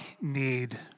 need